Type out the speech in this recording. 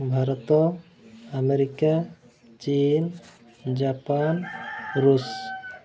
Bharat America ଚୀନ୍ Japan ରୁଷ୍